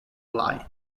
line